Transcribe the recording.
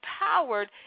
empowered